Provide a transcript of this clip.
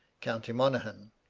county monaghan.